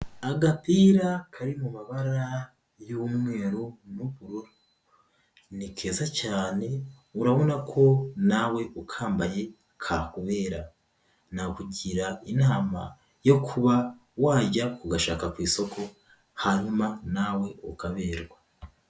Agapira kari mu mabara y'umweru n'ubururu, ni keza cyane urabona ko nawe ukambaye kakubera, nakugira inama yo kuba wajya kugashaka ku isoko, hanyuma nawe ukaberwa.